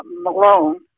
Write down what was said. Malone